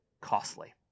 costly